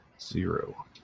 zero